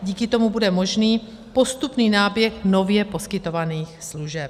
Díky tomu bude možný postupný náběh nově poskytovaných služeb.